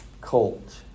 colt